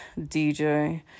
DJ